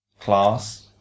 class